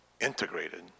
integrated